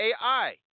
AI